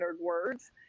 words